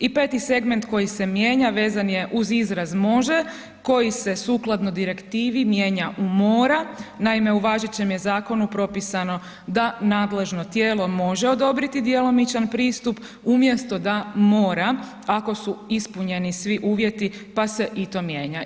I peti segment koji se mijenja vezan je uz izraz „može“ koji se sukladno direktivi mijenja u „mora“, naime, u važećem je zakonu propisano da nadležno tijelo može odobriti djelomičan pristup umjesto da mora ako su ispunjeni svi uvjeti, pa se i to mijenja.